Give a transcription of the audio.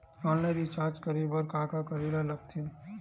Online recharge करे बर का का करे ल लगथे?